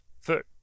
food